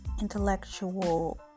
intellectual